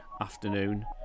afternoon